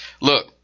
Look